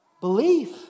Belief